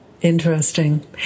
Interesting